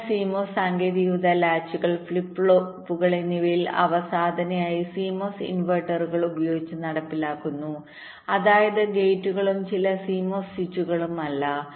അതിനാൽ CMOS സാങ്കേതികവിദ്യ ലാച്ചുകൾ ഫ്ലിപ്പ് ഫ്ലോപ്പുകൾ എന്നിവയിൽ അവ സാധാരണയായി CMOS ഇൻവെർട്ടറുകൾ ഉപയോഗിച്ച് നടപ്പിലാക്കുന്നു അതായത് ഗേറ്റുകളും ചില CMOS സ്വിച്ചുകളും അല്ല